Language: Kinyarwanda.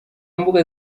mbuga